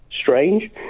strange